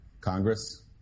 congress